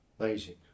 amazing